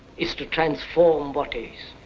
is to transform what is.